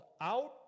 out